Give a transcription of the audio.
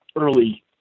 early